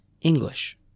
English